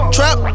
Trap